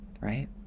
right